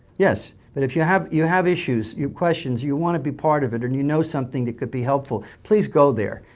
yes. but if you have you have issues, questions, you want to be part of it and you know something that could be helpful please go there.